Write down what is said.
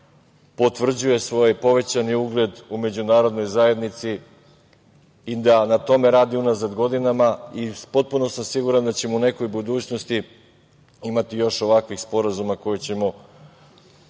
potvrđuje svoj povećani ugled u međunarodnoj zajednici i da na tome radi unazad godinama. Potpuno sam siguran da ćemo u nekoj budućnosti imati još ovakvih sporazuma koje ćemo zaključivati